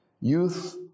Youth